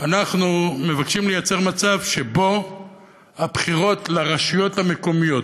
אנחנו מבקשים לייצר מצב שבו הבחירות לרשויות המקומיות,